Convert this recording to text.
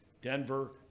Denver